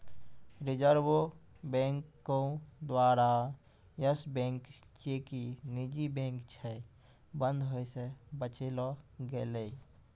reserve बैंको द्वारा Yes bank जे कि निजी बैंक छै, बंद होय से बचैलो गेलै